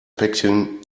päckchen